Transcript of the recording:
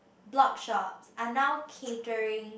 blog shops are now catering